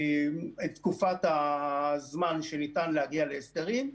את תקופת הזמן שניתן להגיע להסדרים,